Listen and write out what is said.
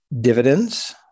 dividends